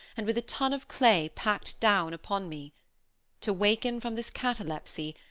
and with a ton of clay packed down upon me to waken from this catalepsy,